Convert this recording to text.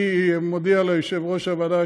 אני מודיע ליושב-ראש הוועדה,